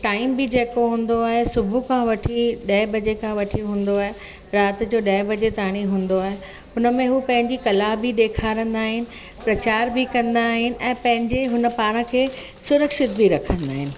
time बि जेको हूंदो आहे सुबुह खां वठी ॾह बजें खां वठी हूंदो आहे राति जो ॾह बजे ताणी हूंदो आहे हुन में हू पंहिंजी कला बि ॾेखारींदा आहिनि प्रचार बि कंदा आहिनि ऐं पंहिंजे हुन पाण खे सुरक्षित बि रखंदा आहिनि